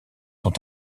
sont